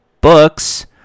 books